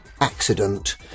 accident